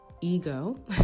ego